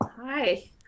hi